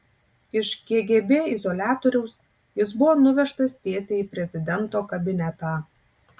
iš kgb izoliatoriaus jis buvo nuvežtas tiesiai į prezidento kabinetą